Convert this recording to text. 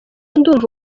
ndumva